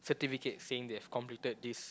certificate saying that've completed this